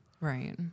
Right